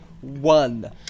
one